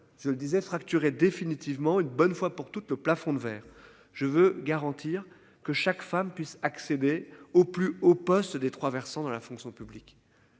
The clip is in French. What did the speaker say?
je le disais fracturer définitivement une bonne fois pour toutes le plafond de verre je veux garantir que chaque femme puisse accéder aux plus hauts postes des trois versants de la fonction publique.